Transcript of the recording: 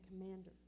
commander